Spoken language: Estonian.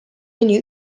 mõni